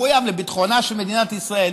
מחויב לביטחונה של מדינת ישראל,